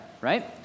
right